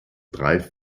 drei